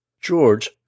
George